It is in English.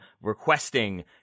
requesting